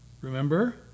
Remember